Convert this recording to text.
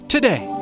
Today